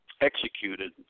executed